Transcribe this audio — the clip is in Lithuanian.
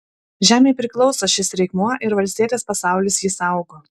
žemei priklauso šis reikmuo ir valstietės pasaulis jį saugo